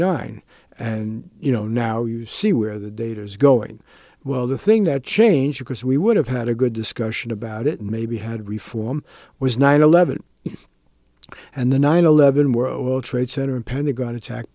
nine and you know now you see where the data is going well the thing that changed because we would have had a good discussion about it and maybe had reform was nine eleven and the nine eleven world trade center and pentagon attack